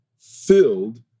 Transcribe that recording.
Filled